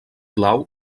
blau